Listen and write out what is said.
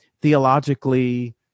theologically